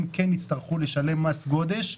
הם יצטרכו לשלם מס גודש,